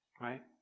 right